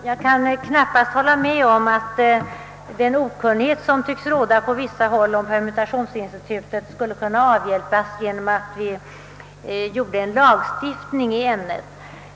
Herr talman! Jag kan inte hålla med om att den okunnighet om permuta tionsinstitutet, som råder på vissa håll, skulle kunna avhjälpas genom lagstiftning i ämnet.